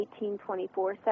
1824